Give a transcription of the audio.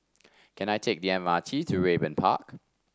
can I take the M R T to Raeburn Park